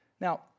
now